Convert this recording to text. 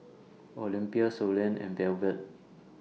Olympia Suellen and Velvet